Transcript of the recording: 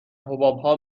حبابها